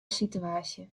situaasje